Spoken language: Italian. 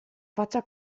faccia